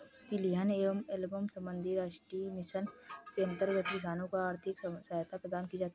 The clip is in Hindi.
तिलहन एवं एल्बम संबंधी राष्ट्रीय मिशन के अंतर्गत किसानों को आर्थिक सहायता प्रदान की जाती है